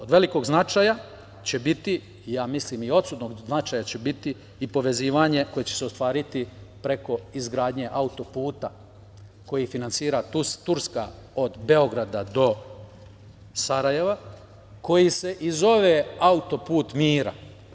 Od velikog i odsudnog značaja će biti i povezivanje koje će se ostvariti preko izgradnje auto-puta koji finansira Turska od Beograda do Sarajeva, koji se i zove "Autoput mira"